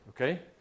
Okay